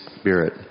Spirit